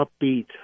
upbeat